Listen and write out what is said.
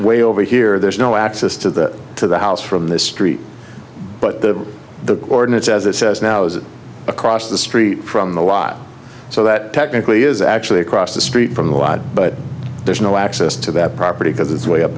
way over here there's no access to that to the house from the street but the the ordinance as it says now is it across the street from the lot so that technically is actually across the street from the lot but there's no access to that property because it's way up